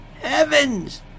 heavens